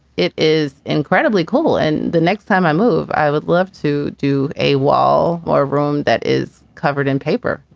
it is incredibly cool and the next time i move i would love to do a wall or a room that is covered in paper.